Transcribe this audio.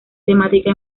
temática